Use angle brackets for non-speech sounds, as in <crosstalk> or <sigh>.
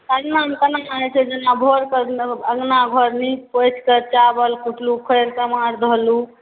<unintelligible> आनैत छै जेना भोर कऽ अङ्गना घर नीप पोछि कऽ चावल कुटलहुँ उखरि समाठ धोलहुँ